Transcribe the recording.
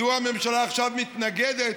מדוע הממשלה עכשיו מתנגדת,